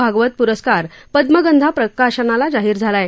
भागवत प्रस्कार पदमगंधा प्रकाशनाला जाहीर झाला आहे